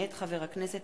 מאת חברי הכנסת